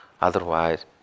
Otherwise